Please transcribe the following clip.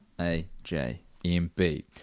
A-J-M-B